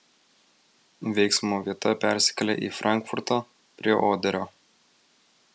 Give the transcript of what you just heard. veiksmo vieta persikelia į frankfurtą prie oderio